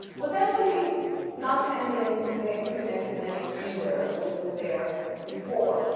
potentially not handling the interconnectedness either which was there before.